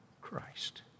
Christ